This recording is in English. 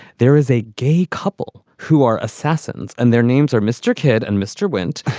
there is a gay couple who are assassins and their names are mr. kidd and mr. wint.